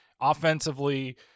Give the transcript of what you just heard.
Offensively